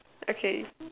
okay